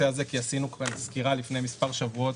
הזה כי עשינו כאן סקירה לפני מספר שבועות.